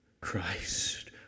Christ